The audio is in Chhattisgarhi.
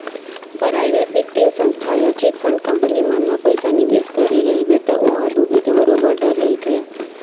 पराइवेट बित्तीय संस्था या चिटफंड कंपनी मन म पइसा निवेस करे रहिबे त ओ ह डूबे के बरोबर डर रहिथे